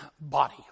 Body